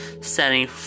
setting